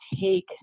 take